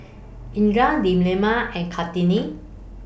Indra Delima and Kartini